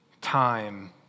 time